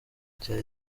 cya